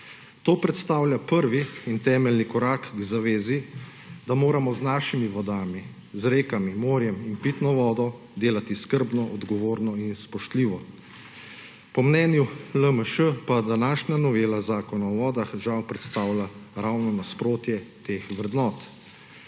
To predstavlja prvi in temeljni korak k zavezi, da moramo z našimi vodami, rekami, morjem in pitno vodo delati skrbno, odgovorno in spoštljivo. Po mnenju LMŠ pa današnja novela Zakona o vodah žal predstavlja ravno nasprotje teh vrednot.